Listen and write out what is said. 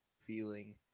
feeling